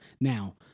now